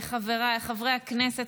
חבריי חברי הכנסת,